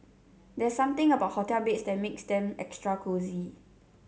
there's something about hotel beds that makes them extra cosy